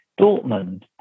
Dortmund